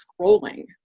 scrolling